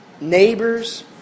neighbors